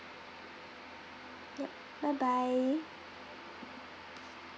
yup bye bye